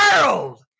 world